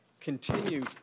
continue